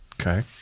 Okay